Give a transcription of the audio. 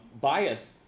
bias